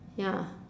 ya